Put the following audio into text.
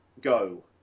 go